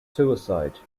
suicide